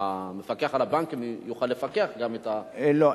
המפקח על הבנקים יוכל לפקח גם, לא.